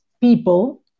people